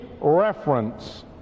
reference